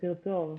בוקר טוב.